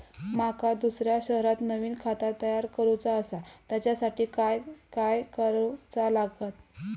माका दुसऱ्या शहरात नवीन खाता तयार करूचा असा त्याच्यासाठी काय काय करू चा लागात?